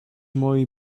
mojej